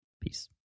Peace